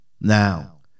Now